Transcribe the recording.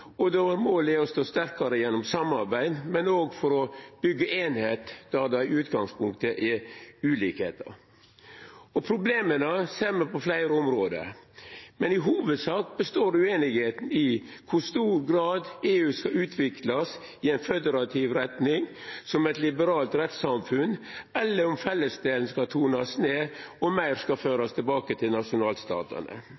målet er å stå sterkare gjennom samarbeid, men òg å byggja einskap der det i utgangspunktet er ulikskapar. Problema ser me på fleire område, men i hovudsak består ueinigheita i kor stor grad EU skal utviklast i ei føderativ retning som eit liberalt rettssamfunn, eller om fellesdelen skal tonast ned og meir skal